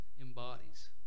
embodies